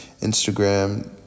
Instagram